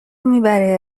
میبره